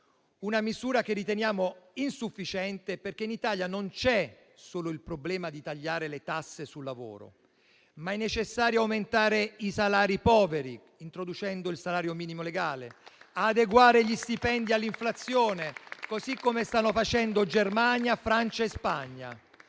una misura che riteniamo insufficiente, perché in Italia non c'è solo il problema di tagliare le tasse sul lavoro, ma è necessario aumentare i salari poveri, introducendo il salario minimo legale, adeguare gli stipendi all'inflazione, così come stanno facendo Germania, Francia e Spagna.